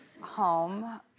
Home